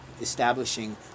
establishing